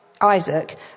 Isaac